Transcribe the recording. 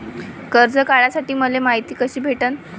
कर्ज काढासाठी मले मायती कशी भेटन?